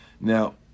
Now